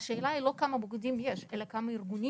השאלה היא לא כמה מוקדים יש, אלא כמה ארגונים יש.